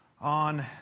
on